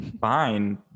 Fine